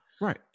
Right